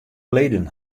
leden